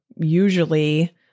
usually